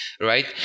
right